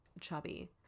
chubby